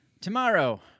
Tomorrow